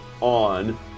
on